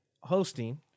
hosting